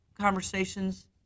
conversations